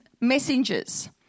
messengers